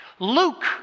Luke